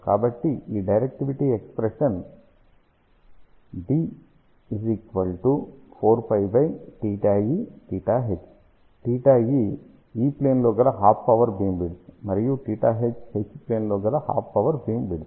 కాబట్టి ఈ directivity expression 𝜽E E plane లో గల హాఫ్ పవర్ బీమ్ విడ్త్ మరియు 𝜽H H ప్లేన్ లో గల హాఫ్ పవర్ బీమ్ విడ్త్